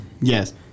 yes